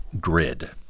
GRID